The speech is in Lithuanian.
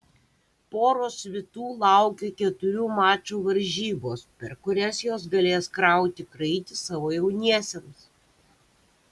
poros svitų laukia keturių mačų varžybos per kurias jos galės krauti kraitį savo jauniesiems